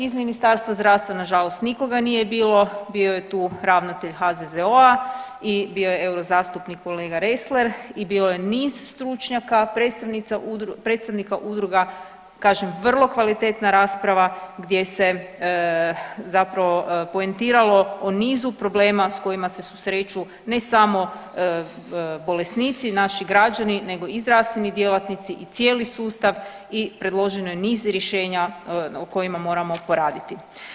Iz Ministarstva zdravstva nažalost nikoga nije bilo, bio je tu ravnatelj HHZO-a i bio je eurozastupnik kolega REsler i bilo je niz stručnjaka, predstavnika udruga, kažem vrlo kvalitetna rasprava gdje se zapravo poentiralo o nizu problema s kojima se susreću ne samo bolesnici, naši građani nego i zdravstveni djelatnici i cijeli sustav i predloženo je niz rješenja o kojima moramo poraditi.